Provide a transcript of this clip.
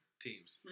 teams